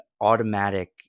automatic